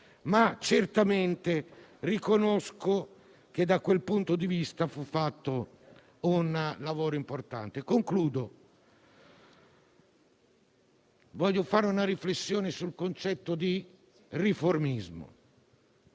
ma certamente riconosco che, da quel punto di vista, fu fatto un lavoro importante. In conclusione, voglio fare una breve riflessione sul concetto di riformismo.